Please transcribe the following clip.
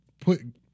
put